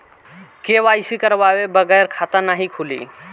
KYC करवाये बगैर खाता नाही खुली?